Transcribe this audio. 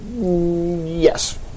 Yes